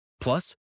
Plus